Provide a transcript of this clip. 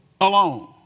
alone